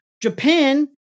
Japan